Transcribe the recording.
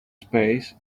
space